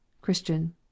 CHRISTIAN